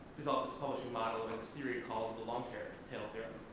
developed a publishing model and theory called the long tail theorem.